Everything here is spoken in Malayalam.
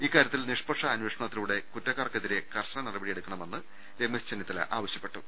ഇക്കാരൃത്തിൽ നിഷ്പക്ഷ അന്വേ ഷണത്തിലൂടെ കുറ്റക്കാർക്കെതിരെ കർശന നടപടി സ്വീകരിക്കണമെന്ന് രമേശ് ചെന്നിത്തല ആവശ്യപ്പെട്ടു